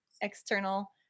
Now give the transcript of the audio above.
external